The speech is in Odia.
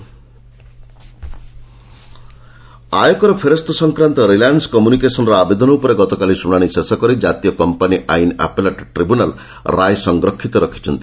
ଏନ୍ସିଲାଟ୍ ଆର୍କମ୍ ଆୟକର ଫେରସ୍ତ ସଂକ୍ରାନ୍ତ ରିଲାଏନ୍ କମ୍ୟୁନିକେସନ୍ର ଆବେଦନ ଉପରେ ଗତକାଲି ଶୁଣାଣି ଶେଷକରି ଜାତୀୟ କମ୍ପାନି ଆଇନ ଆପେଲେଟ୍ ଟ୍ରିବ୍ୟୁନାଲ୍ ରାୟ ସଂରକ୍ଷିତ ରଖିଛନ୍ତି